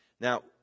Now